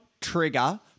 trigger